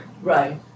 Right